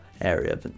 area